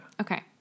Okay